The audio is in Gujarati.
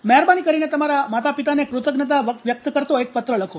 મહેરબાની કરીને તમારા માતાપિતાને કૃતજ્ઞતા વ્યક્ત કરતો એક પત્ર લખો